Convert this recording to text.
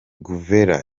guevara